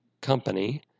company